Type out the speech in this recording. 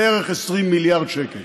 בערך 20 מיליארד שקל.